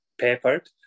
Peppered